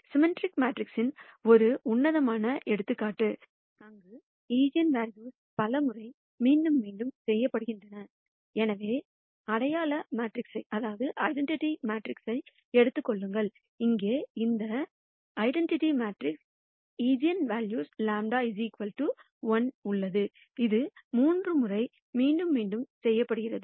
symmetric மேட்ரிக்ஸின் ஒரு உன்னதமான எடுத்துக்காட்டு அங்கு ஈஜென்வெல்யூக்கள் பல முறை மீண்டும் மீண்டும் செய்யப்படுகின்றன எனவே அடையாள மேட்ரிக்ஸை எடுத்துக் கொள்ளுங்கள் இங்கே இந்த ஐடென்டிட்டி மேட்ரிக்ஸில் ஈஜென்வெல்யூ λ 1 உள்ளது இது மூன்று முறை மீண்டும் மீண்டும் செய்யப்படுகிறது